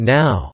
now